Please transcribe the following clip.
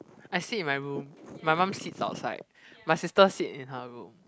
I sit in my room my mum sits outside my sister sit in her room